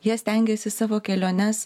jie stengiasi savo keliones